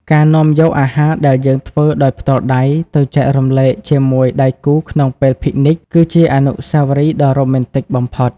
ការនាំយកអាហារដែលយើងធ្វើដោយផ្ទាល់ដៃទៅចែករំលែកជាមួយដៃគូក្នុងពេល Picnic គឺជាអនុស្សាវរីយ៍ដ៏រ៉ូមែនទិកបំផុត។